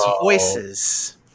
voices